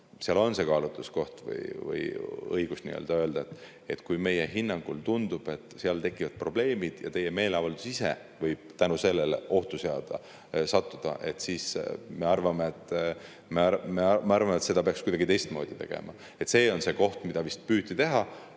Seal on see kaalutluskoht või õigus öelda, et kui meie hinnangul tundub, et tekivad probleemid ja meeleavaldus ise võib selle tõttu ohtu sattuda, siis me arvame, et seda peaks kuidagi teistmoodi tegema. See on see, mida vist püüti teha.